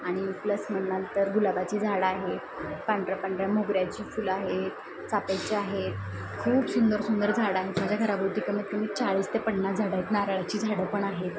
आणि प्लस म्हणाल तर गुलाबाची झाडं आहेत पांढऱ्या पांढऱ्या मोगऱ्याची फुलं आहेत चाफ्याची आहेत खूप सुंदर सुंदर झाडं आहेत माझ्या घराभोवती कमीत कमी चाळीस ते पन्नास झाडं आहेत नारळाची झाडं पण आहेत